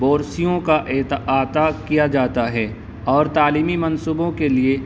بورسیوں کا احاطہ کیا جاتا ہے اور تعلیمی منصوبوں کے لیے